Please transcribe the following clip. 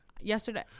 Yesterday